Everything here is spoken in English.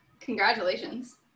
Congratulations